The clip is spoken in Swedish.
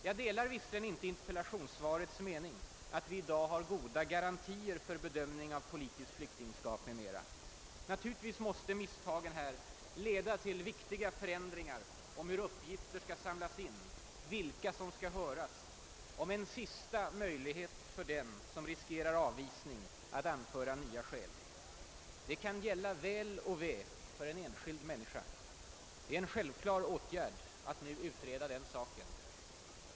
Jag delar visserligen inte inrikesministerns mening att vi i dag har »goda garantier» för bedömning av politiskt flyktingskap m.m. Naturligtvis måste misstagen här leda till viktiga förändringar i fråga om hur uppgifter skall samlas in, vilka som skall höras och en sista möjlighet för den som riskerar avvisning att anföra nya skäl etc. Det kan gälla väl och ve för en enskild människa. Det är en självklar åtgärd att nu utreda den saken.